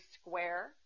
square